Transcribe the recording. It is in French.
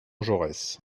jaurès